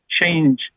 change